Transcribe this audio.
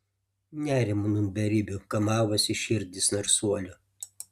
nerimu nūn beribiu kamavosi širdys narsuolių